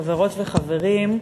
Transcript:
חברות וחברים,